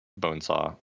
Bonesaw